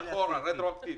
אחורה, רטרואקטיבית?